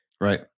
Right